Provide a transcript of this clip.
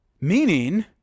Meaning